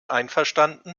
einverstanden